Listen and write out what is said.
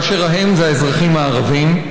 כאשר ה"הם" הם האזרחים הערבים.